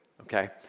okay